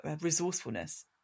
resourcefulness